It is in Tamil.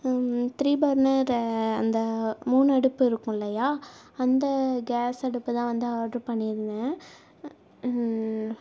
த்ரீ பர்னர் அந்த மூணு அடுப்பு இருக்கும் இல்லையா அந்த கேஸ் அடுப்பு தான் வந்து ஆர்ட்ரு பண்ணியிருந்தேன்